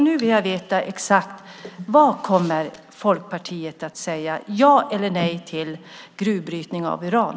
Nu vill jag veta exakt vad Folkpartiet kommer att säga, ja eller nej till gruvbrytning av uran.